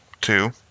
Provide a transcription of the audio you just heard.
two